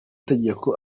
tegeko